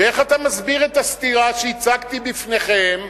ואיך אתה מסביר את הסתירה שהצגתי בפניכם,